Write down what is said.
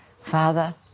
father